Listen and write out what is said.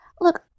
Look